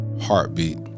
heartbeat